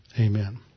Amen